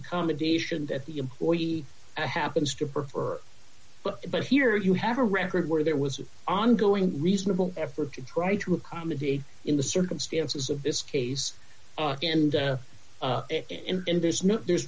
accommodation that the employee happens to prefer but here you have a record where there was an ongoing reasonable effort to try to accommodate in the circumstances of this case and in and there's